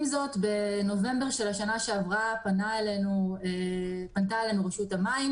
עם זאת בנובמבר בשנה שעברה פנתה אלינו רשות המים